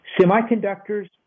semiconductors